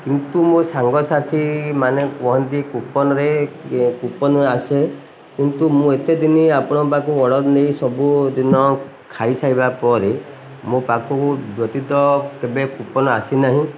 କିନ୍ତୁ ମୋ ସାଙ୍ଗସାଥି ମାନେ କୁହନ୍ତି କୁପନ୍ରେ କୁପନ୍ ଆସେ କିନ୍ତୁ ମୁଁ ଏତେ ଦିନ ଆପଣଙ୍କ ପାଖ ଅର୍ଡ଼ର୍ ନେଇ ସବୁଦିନ ଖାଇସାଇବା ପରେ ମୋ ପାଖକୁ ବ୍ୟତୀତ କେବେ କୁପନ୍ ଆସିନାହିଁ